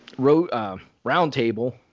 roundtable